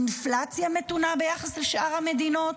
אינפלציה מתונה ביחס לשאר המדינות,